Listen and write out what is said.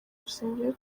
rusengero